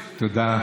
תודה.